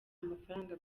amafaranga